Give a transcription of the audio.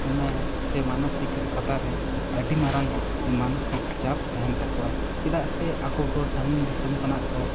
ᱢᱮᱱᱢᱮ ᱥᱮ ᱢᱟᱱᱚᱥᱤᱠᱚᱛᱟᱨᱮ ᱟᱹᱰᱤ ᱢᱟᱨᱟᱝ ᱢᱟᱱᱚᱥᱤᱠ ᱪᱟᱯ ᱛᱟᱦᱮᱸᱱ ᱛᱟᱠᱚᱭᱟ ᱪᱮᱫᱟᱜ ᱥᱮ ᱟᱠᱚ ᱠᱚ ᱥᱟᱹᱜᱤᱧ ᱫᱤᱥᱚᱢ ᱠᱷᱚᱱᱟᱜ ᱠᱚ